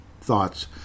thoughts